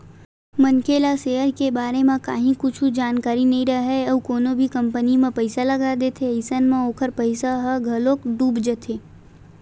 मनखे ला सेयर के बारे म काहि कुछु जानकारी नइ राहय अउ कोनो भी कंपनी म पइसा लगा देथे अइसन म ओखर पइसा ह घलोक डूब जाथे